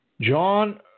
John